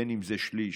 בין אם זה שליש,